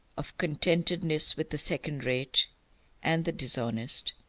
of contentedness with the second-rate and the dishonest,